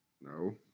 No